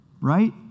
right